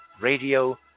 radio